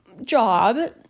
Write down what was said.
job